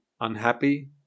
unhappy